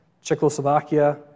Czechoslovakia